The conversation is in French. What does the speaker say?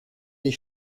des